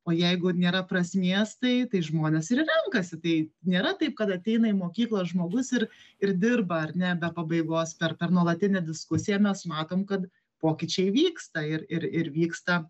o jeigu nėra prasmės tai tai žmonės ir renkasi tai nėra taip kad ateina į mokyklą žmogus ir ir dirba ar ne be pabaigos per per nuolatinę diskusiją mes matom kad pokyčiai vyksta ir ir ir vyksta